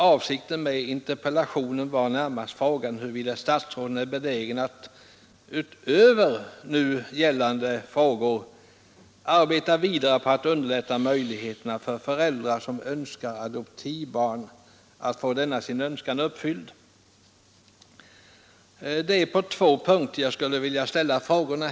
Avsikten med interpellationen var närmast att få veta huruvida statsrådet är benägen att utöver de frågor det nu gäller arbeta vidare på att underlätta möjligheterna för föräldrar som önskar adoptivbarn att få denna sin önskan uppfylld. Det är på två punkter som jag här skulle vilja ställa frågor.